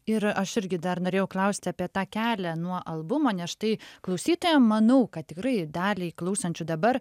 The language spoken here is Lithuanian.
ir aš irgi dar norėjau klausti apie tą kelią nuo albumo nes štai klausytojam manau kad tikrai daliai klausančių dabar